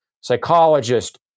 psychologist